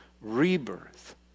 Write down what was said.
rebirth